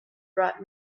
brought